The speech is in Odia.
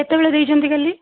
କେତେବେଳେ ଦେଇଛନ୍ତି କାଲି